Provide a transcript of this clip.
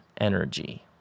energy